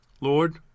Lord